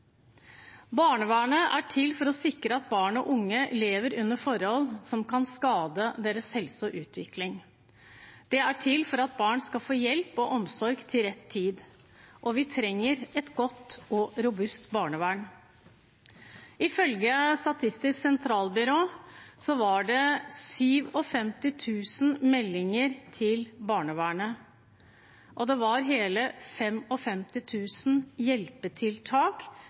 Barnevernet er til for å sikre at barn og unge ikke lever under forhold som kan skade deres helse og utvikling. Det er til for at barn skal få hjelp og omsorg til rett tid, og vi trenger et godt og robust barnevern. Ifølge Statistisk sentralbyrå var det i 2018 57 000 meldinger til barnevernet, og det var hele 55 000 hjelpetiltak